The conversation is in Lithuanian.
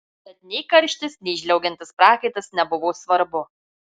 tad nei karštis nei žliaugiantis prakaitas nebuvo svarbu